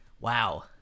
Wow